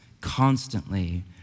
constantly